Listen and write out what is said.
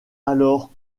alors